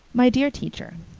my dear teacher,